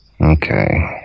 Okay